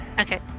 Okay